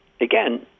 again